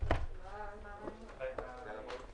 כדוגמת הדיון של אתמול בנושא של מכוני הכושר ועוד גופים אחרים.